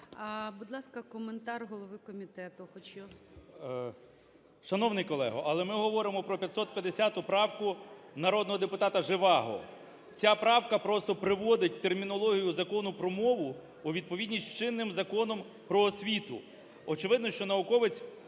Будь ласка, коментар голови комітету хочу. 12:48:54 КНЯЖИЦЬКИЙ М.Л. Шановний колего, але ми говоримо про 550 правку народного депутата Жеваго. Ця правка просто приводить термінологію Закону про мову у відповідність із чинним Законом "Про освіту". Очевидно, що науковець